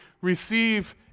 receive